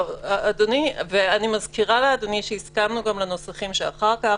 אני מזכירה לאדוני שהסכמנו גם לנוסחים שאחר כך,